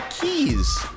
keys